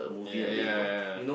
yeah yeah yeah